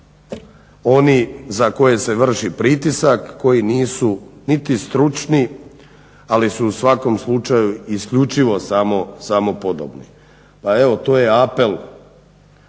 oni za koje se vrši pritisak koji nisu niti stručni ali su u svakom slučaju isključivo samo podobni. Evo to je apel